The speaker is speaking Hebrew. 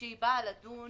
כשהיא באה לדון